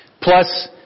plus